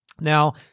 Now